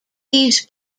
these